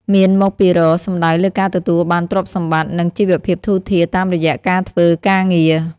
«មានមកពីរក» សំដៅលើការទទួលបានទ្រព្យសម្បត្តិ និងជីវភាពធូរធារតាមរយៈការធ្វើការងារ។